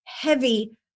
heavy